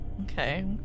Okay